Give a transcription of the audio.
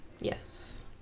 Yes